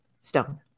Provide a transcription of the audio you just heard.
stone